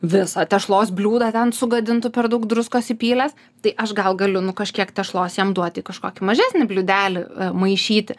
visą tešlos bliūdą ten sugadintų per daug druskos įpylęs tai aš gal galiu nu kažkiek tešlos jam duoti į kažkokį mažesnį bliūdelį maišyti